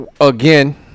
again